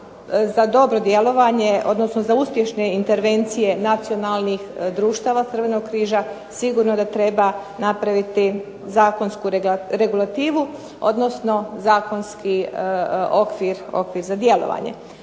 za dobro djelovanje, odnosno za uspješne intervencije nacionalnih društava Crvenog križa sigurno da treba napraviti zakonsku regulativu odnosno zakonski okvir za djelovanje.